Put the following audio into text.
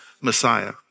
Messiah